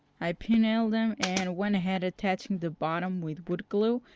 i pin nailed them and went ahead attaching the bottom with wood glue,